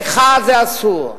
לך אסור.